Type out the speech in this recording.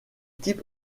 types